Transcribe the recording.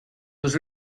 was